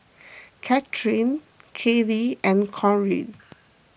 Catherine Kayli and Cori